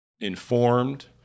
informed